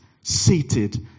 Seated